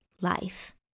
life